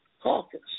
Caucus